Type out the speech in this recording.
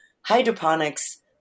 hydroponics